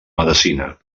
medecina